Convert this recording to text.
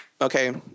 okay